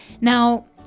Now